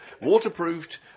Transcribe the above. waterproofed